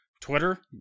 Twitter